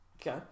Okay